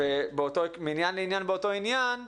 מעניין לעניין באותו עניין,